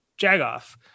Jagoff